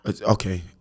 Okay